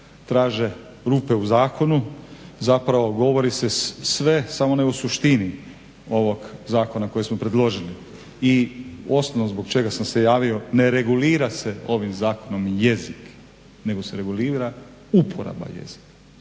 traže rupe u zakonu, zapravo govori se sve samo ne o suštini ovog zakona koji smo predložili. I osnov zbog čega sam se javio ne regulira se ovim zakonom jezik nego se regulira uporaba jezika.